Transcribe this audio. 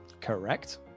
correct